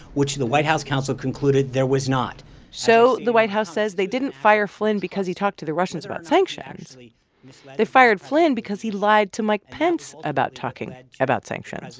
which the white house counsel concluded there was not so the white house says they didn't fire flynn because he talked to the russians about sanctions. they fired flynn because he lied to mike pence about talking about sanctions.